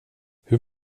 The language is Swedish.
hur